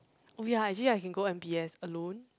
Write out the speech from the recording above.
oh ya actually I can go M_B_S alone